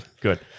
Good